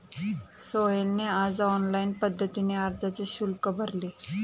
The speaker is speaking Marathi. सोहेलने आज ऑनलाईन पद्धतीने अर्जाचे शुल्क भरले